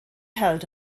held